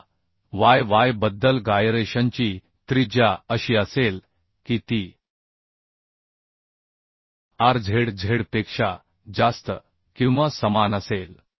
आता y y y बद्दल गायरेशनची त्रिज्या अशी असेल की ती R z z पेक्षा जास्त किंवा समान असेल